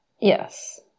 Yes